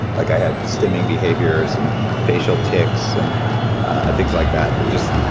like, i had stimming behaviors and facial tics, and things like that. just,